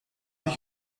ich